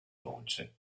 dolce